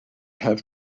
have